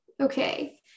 okay